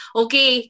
okay